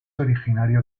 originario